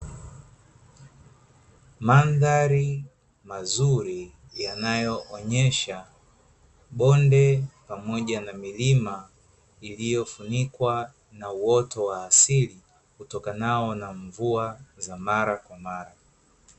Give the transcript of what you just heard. Mandhari mazuri, yanayoonyesha bonde pamoja na milima, iliyofunikwa na uoto wa asili, utokanao na mvua za mara kwa mara.